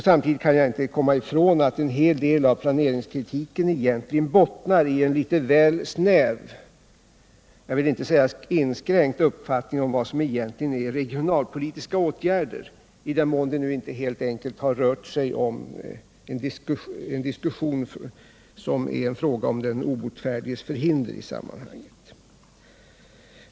Samtidigt kan jag inte komma ifrån att en hel del av planeringskritiken egentligen bottnar i en litet väl snäv, jag vill inte säga inskränkt, uppfattning om vad som egentligen är regionalpolitiska åtgärder — i den mån det nu inte helt enkelt har rört sig om en diskussion om något som egentligen rör den obotfärdiges förhinder i sammanhanget.